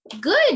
good